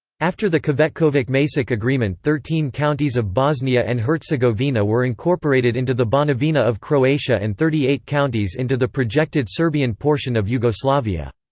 after the cvetkovic-macek agreement thirteen counties of bosnia and herzegovina were incorporated into the banovina of croatia and thirty eight counties into the projected serbian portion of yugoslavia.